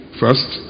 first